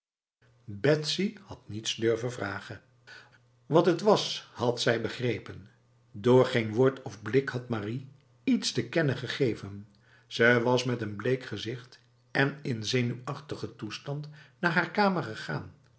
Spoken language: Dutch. betsy had niets durven vragen wat het was had zij begrepen door geen woord of blik had marie iets te kennen gegeven ze was met een bleek gezicht en in zenuwachtige toestand naar haar kamer gegaan